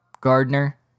Gardner